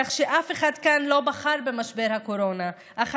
אף אחד כאן לא בחר במשבר הקורונה, נא לסיים.